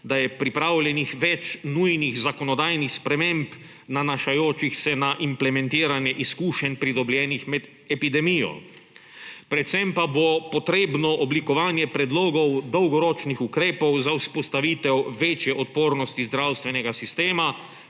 da je pripravljenih več nujnih zakonodajnih sprememb, nanašajočih se na implementiranje izkušenj, pridobljenih med epidemijo. Predvsem pa bo potrebno oblikovanje predlogov dolgoročnih ukrepov za vzpostavitev večje odpornosti zdravstvenega sistema